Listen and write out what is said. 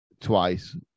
Twice